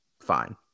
fine